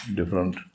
different